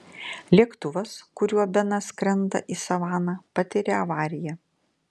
lėktuvas kuriuo benas skrenda į savaną patiria avariją